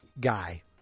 guy